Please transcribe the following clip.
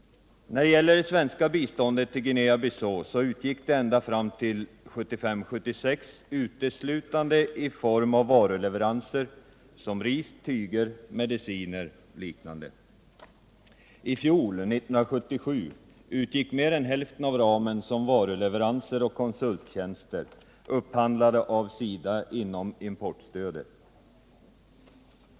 När det gäller det svenska biståndet till Guinea Bissau så utgick det ända fram till 1975/76 uteslutande i form av varuleveranser som ris, tyger, mediciner etc. I fjol utgick mer än hälften av ramen som varuleveranser och konsulttjänster, upphandlade av SIDA inom importstödet.